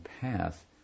path